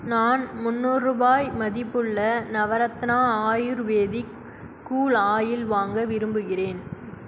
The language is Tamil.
நான் முன்னூறு ரூபாய் மதிப்புள்ள நவரத்னா ஆயுர்வேதிக் கூல் ஆயில் வாங்க விரும்புகிறேன்